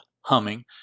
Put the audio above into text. humming